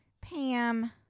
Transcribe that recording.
Pam